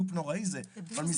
תודה.